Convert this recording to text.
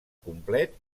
complet